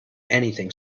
anything